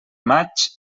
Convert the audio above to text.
maig